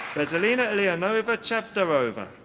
veselina iliyanova chavdarova.